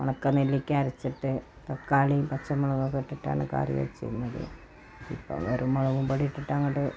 ഉണക്ക നെല്ലിക്ക അരച്ചിട്ട് തക്കാളിയും പച്ചമുളകൊക്കെ ഇട്ടിട്ടാണ് കറി വച്ചിരുന്നത് ഇപ്പം വെറും മുളക് പൊടി ഇട്ടിട്ട് അങ്ങോട്ട്